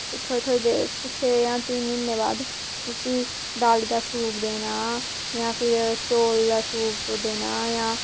फिर थोह्ड़े थोह्ड़े फिर छे जां तिन म्हीने बाद उसी दाली दा सूप देना जां फिर चोल दा सूप देना जां